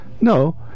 no